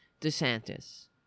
DeSantis